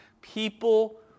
people